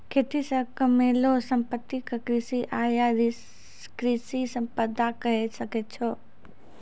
खेती से कमैलो संपत्ति क कृषि आय या कृषि संपदा कहे सकै छो